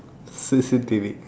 C_C_T_V